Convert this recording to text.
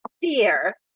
fear